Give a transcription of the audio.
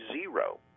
zero